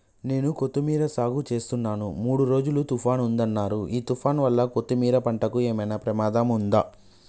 నేను కొత్తిమీర సాగుచేస్తున్న మూడు రోజులు తుఫాన్ ఉందన్నరు ఈ తుఫాన్ వల్ల కొత్తిమీర పంటకు ఏమైనా ప్రమాదం ఉందా?